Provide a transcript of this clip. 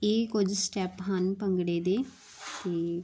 ਇਹ ਕੁਝ ਸਟੈਪ ਹਨ ਭੰਗੜੇ ਦੇ ਅਤੇ